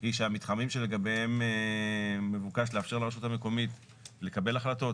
היא שהמתחמים שלגביהם מבוקש לאפשר לרשות המקומית לקבל החלטות,